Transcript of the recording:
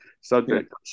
subject